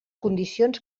condicions